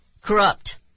Corrupt